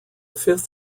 fifth